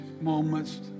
moments